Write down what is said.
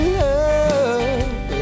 love